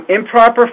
Improper